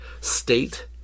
state